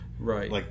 Right